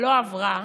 לא עברה,